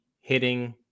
hitting